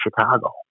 Chicago